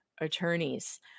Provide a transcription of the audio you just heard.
attorneys